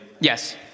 Yes